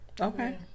Okay